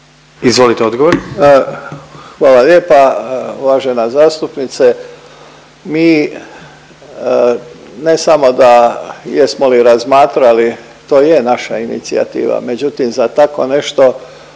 Davor (HDZ)** Hvala lijepa. Uvažena zastupnice, mi ne samo da jesmo li razmatrali, to je naša inicijativa, međutim za tako nešto